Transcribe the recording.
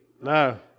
No